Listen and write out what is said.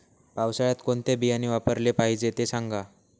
पावसाळ्यात कोणते बियाणे वापरले पाहिजे ते सांगा